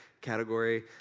category